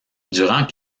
durant